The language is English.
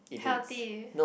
healthy